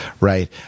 right